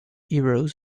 heroes